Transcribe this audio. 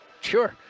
Sure